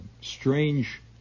strange